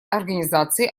организации